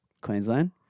Queensland